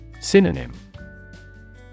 Synonym